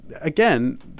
again